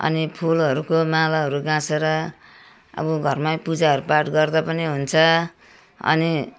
अनि फुलहरूको मालाहरू गाँसेर अब घरमै पूजाहरू पाठ गर्दा पनि हुन्छ अनि